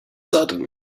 sudden